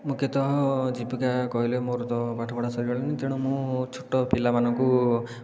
ମୁଖ୍ୟତଃ ଜୀବିକା କହିଲେ ମୋର ତ ପାଠ ପଢ଼ା ସରିଗଲାଣି ତେଣୁ ମୁଁ ଛୋଟ ପିଲାମାନଙ୍କୁ